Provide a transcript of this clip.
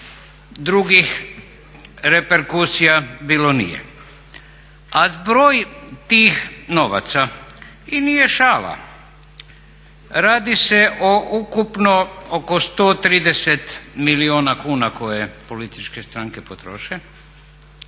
drugih reperkusija bilo nije. A zbroj tih novaca i nije šala. Radi se o ukupno oko 130 milijuna kuna koje političke stranke potroše.